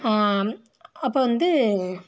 அப்போ வந்து